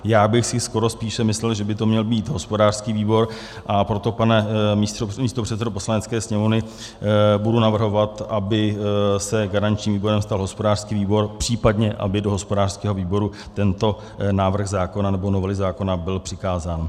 Já bych si skoro spíše myslel, že by to měl být hospodářský výbor, a proto, pane místopředsedo Poslanecké sněmovny, budu navrhovat, aby se garančním výborem stal hospodářský výbor, případně aby do hospodářského výboru tento návrh zákona nebo novely zákona byl přikázán.